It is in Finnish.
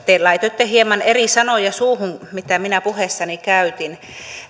te laitoitte hieman eri sanoja suuhun kuin mitä minä puheessani käytin